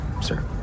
sir